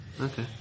Okay